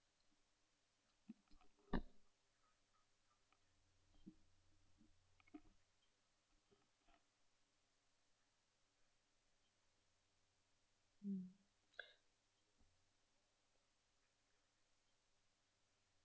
mm